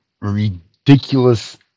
ridiculous